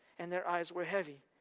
and their eyes were heavy.